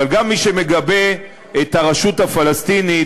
אבל גם מי שמגבה את הרשות הפלסטינית,